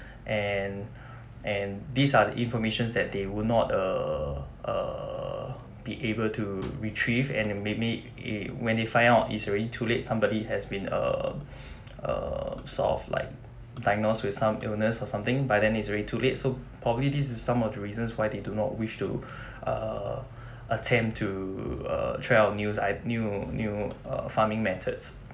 and and these are the information that they would not uh uh be able to retrieve and maybe e~ when they find out it's already too late somebody has been err err solve like diagnosed with some illness or something by then it's already too late so probably this is some of the reasons why they do not wish to uh attempt to uh try out news i~ new new uh farming methods